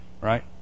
right